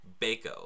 Baco